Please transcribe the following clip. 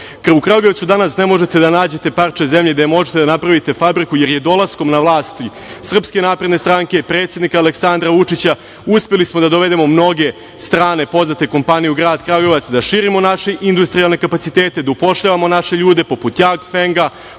Kragujevcu danas ne možete da nađete parče zemlje gde možete da napravite fabriku, jer dolaskom na vlast SNS, predsednika Aleksandra Vučića, uspeli smo da dovedemo mnoge strane poznate kompanije u grad Kragujevac, da širimo naše industrijalne kapacitete, da upošljavamo naše ljude, poput „Jangfenga“,